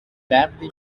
verdi